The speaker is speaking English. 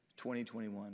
2021